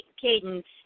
Cadence